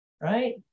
Right